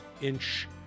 inch